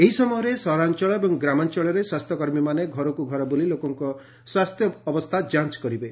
ଏହି ସମୟରେ ସହରାଞଳ ଏବଂ ଗ୍ରାମାଞଳରେ ସ୍ୱାସ୍ଥ୍ୟକର୍ମୀମାନେ ଘରକୁ ଘର ବୁଲି ଲୋକଙ୍କ ସ୍ୱାସ୍ଥ୍ୟ ଯାଞ୍ କରିବେ